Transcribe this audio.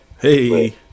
Hey